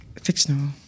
fictional